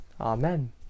amen